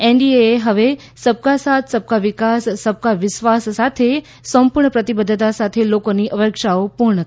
NDA હવે સબકા સાથ સબકા વિકાસ સબકા વિશ્વાસ સાથે સંપુર્ણ પ્રતિબધ્ધતા સાથે લોકોની અપેક્ષાઓ પુર્ણ કરશે